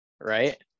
right